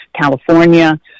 California